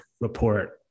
report